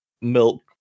milk